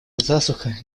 засуха